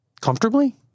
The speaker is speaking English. Comfortably